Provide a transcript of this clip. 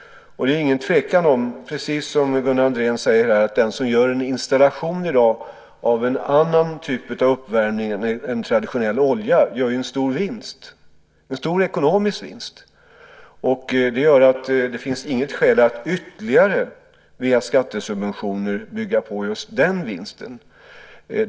Det är ingen tvekan om, precis som Gunnar Andrén säger, att den som gör en installation i dag av en annan typ av uppvärmning än med traditionell olja gör en stor ekonomisk vinst. Det finns inget skäl att ytterligare via skattesubventioner bygga på just den vinsten.